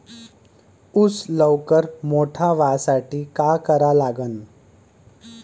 ऊस लवकर मोठा व्हासाठी का करा लागन?